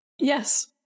Yes